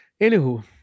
Anywho